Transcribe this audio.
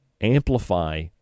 amplify